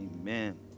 Amen